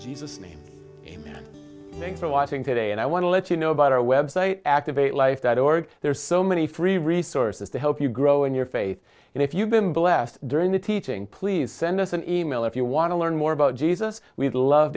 jesus name amen thanks for watching today and i want to let you know about our website activate life that org there are so many free resources to help you grow in your faith and if you've been blessed during the teaching please send us an e mail if you want to learn more about jesus we'd love